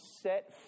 set